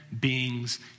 beings